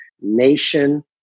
nation